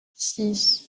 six